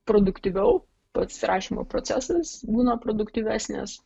produktyviau pats rašymo procesas būna produktyvesnis